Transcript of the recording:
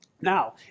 Now